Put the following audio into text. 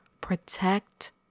Protect